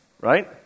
right